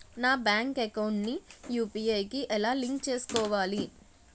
నా bank account ని UPI కి ఎలా లింక్ చేసుకోవాలి?